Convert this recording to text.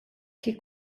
che